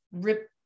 rip